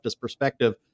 perspective